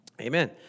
Amen